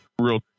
Real